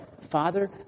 Father